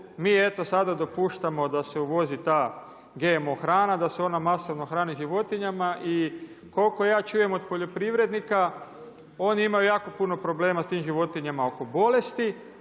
eto sada dopuštamo da se uvozi ta GMO hrana, da se ona masovno hrani životinjama. I koliko ja čujem od poljoprivrednika oni imaju jako puno problema s tim životinjama oko bolesti,